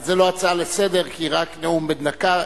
אבל זו לא הצעה לסדר-היום, רק נאום בן דקה.